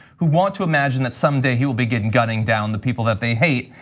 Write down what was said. who want to imagine that some day he will begin gunning down the people that they hate.